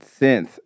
Synth